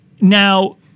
now